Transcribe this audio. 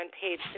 page